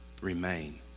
remain